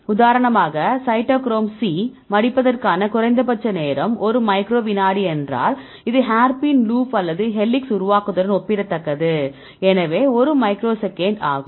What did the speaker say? உதாரணமாக cytochrome C மடிப்பதற்கான குறைந்தபட்ச நேரம் ஒரு மைக்ரோ விநாடி என்றால் இது ஹேர்பின் லூப் அல்லது ஹெலிக்ஸ் உருவாக்கத்துடன் ஒப்பிடத்தக்கது எனவே ஒரு மைக்ரோ விநாடிஆகும்